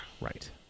Right